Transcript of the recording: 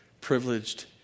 privileged